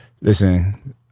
listen